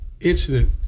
incident